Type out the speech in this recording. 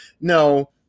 No